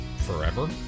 forever